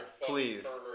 Please